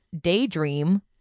Daydream